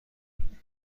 میگن